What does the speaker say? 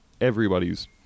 Everybody's